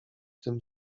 tym